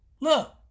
Look